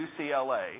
UCLA